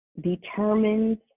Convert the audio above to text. Determines